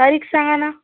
अ रीक्स आहे न